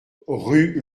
rue